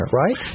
right